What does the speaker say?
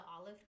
olive